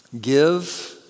Give